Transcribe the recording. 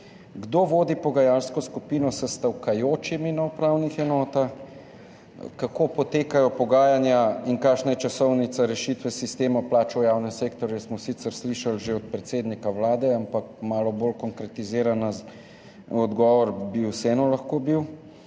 Kdo vodi pogajalsko skupino s stavkajočimi na upravnih enotah? Kako potekajo pogajanja in kakšna je časovnica rešitve sistema plač v javnem sektorju? To smo sicer slišali že od predsednika Vlade, ampak malo bolj konkretiziran odgovor bi vseeno lahko bil.